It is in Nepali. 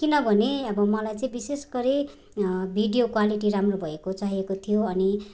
किनभने अब मलाई चाहिँ विशेष गरी भिडियो क्वालिटी राम्रो भएको चाहिएको थियो अनि